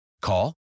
Call